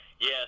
Yes